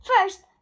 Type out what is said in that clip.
First